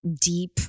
deep